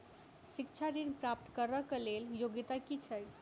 शिक्षा ऋण प्राप्त करऽ कऽ लेल योग्यता की छई?